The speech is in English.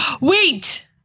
Wait